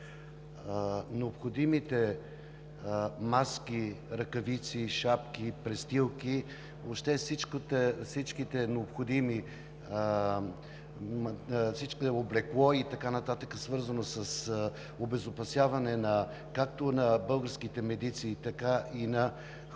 необходимите маски, ръкавици, шапки, престилки, облекло и така нататък, свързани с обезопасяване както на българските медици, така и на хората,